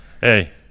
Hey